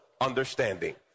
understanding